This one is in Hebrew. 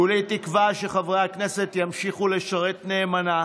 כולי תקווה שחברי הכנסת ימשיכו לשרת נאמנה